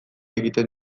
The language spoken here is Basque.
egiten